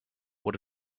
what